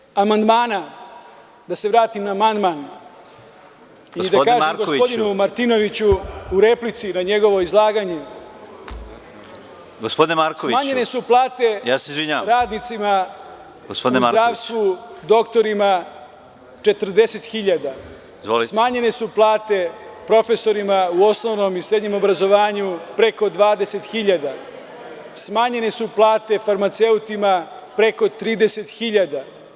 Što se tiče amandmana, da se vratim na amandman i da kažem gospodinu Martinoviću u replici na njegovo izlaganje, smanjene su plate radnicima u zdravstvu, doktorima 40.000, smanjene su plate profesorima u osnovnom i srednjem obrazovanju preko 20.000, smanjene su plate farmaceutima preko 30.000.